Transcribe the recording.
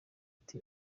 ati